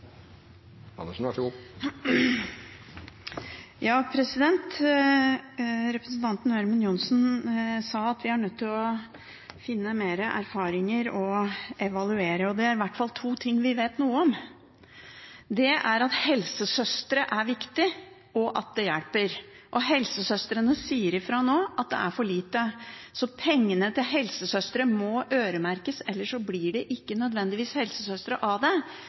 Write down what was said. nødt til å få mer erfaring for å kunne evaluere. Det er i hvert fall to ting vi vet noe om: Det ene er at det er viktig med helsesøstre, og at det hjelper å ha dem. Helsesøstrene sier nå fra om at de får for lite, så pengene til helsesøstre må øremerkes, ellers blir det ikke nødvendigvis helsesøstre av det.